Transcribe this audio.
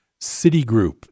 Citigroup